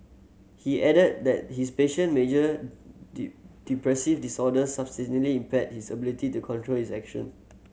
he added that his patient major depressive disorder substantially impaired his ability to control his action